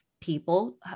people